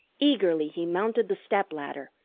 eagerly he mounted the step-ladder,